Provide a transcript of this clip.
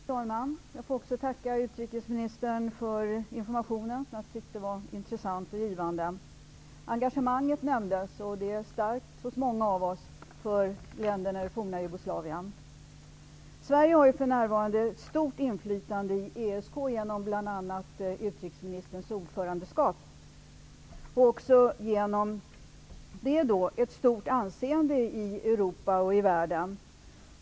Fru talman! Jag får också tacka utrikesministern för informationen, som jag tycker var intressant och givande. Engagemanget nämndes, och det är starkt hos många av oss för länderna i det forna Sverige har för närvarande ett stort inflytande i ESK genom bl.a. utrikesministerns ordförandeskap och genom det också ett stort anseende i Europa och världen i övrigt.